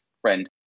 friend